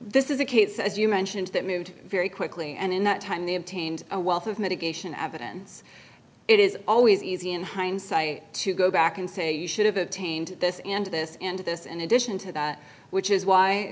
this is a case as you mentioned that moved very quickly and in that time they obtained a wealth of mitigation evidence it is always easy in hindsight to go back and say you should have attained this and this and this in addition to that which is why